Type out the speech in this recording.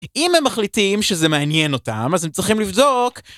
אם הם מחליטים שזה מעניין אותם, אז הם צריכים לבדוק.